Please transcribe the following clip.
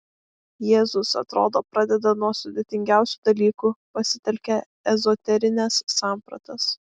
jėzus atrodo pradeda nuo sudėtingiausių dalykų pasitelkia ezoterines sampratas